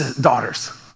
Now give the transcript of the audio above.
daughters